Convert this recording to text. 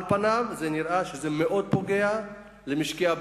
על פניו נראה שזה מאוד פוגע במשקי-הבית,